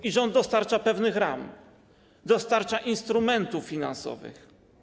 I rząd dostarcza pewnych ram, dostarcza instrumentów finansowych.